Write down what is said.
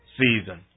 season